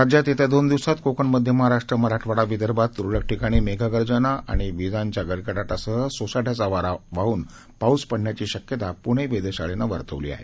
राज्यात येत्या दोन दिवसात कोकण मध्य महाराष्ट्र मराठवाडा विदर्भात तुरळक ठिकाणी मेघगर्जना आणि विजांच्या कडकडाटासह सोसाट्याचा वारा वाहन पाऊस पडण्याची शक्यता पुणे वेधशाळेनं वर्तवली आहे